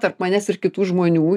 tarp manęs ir kitų žmonių